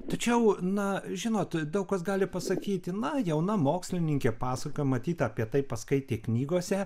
tačiau na žinot daug kas gali pasakyti na jauna mokslininkė pasakoja matyt apie tai paskaitė knygose